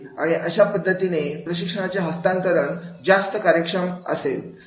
आणि अशा पद्धतीने प्रशिक्षणाचे हस्तांतरण जास्त कार्यक्षम असेल